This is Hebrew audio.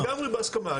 כן לגמרי בהסכמה,